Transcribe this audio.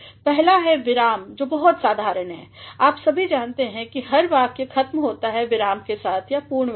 पहला है विराम जो बहुत साधारण है आप सभी जानते हैं कि हर वाक्य ख़तम होता हैविराम के साथ या पूर्ण विराम